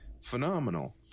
phenomenal